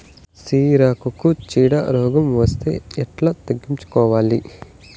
సిరాకుకు చీడ రోగం వస్తే ఎట్లా తగ్గించుకోవాలి?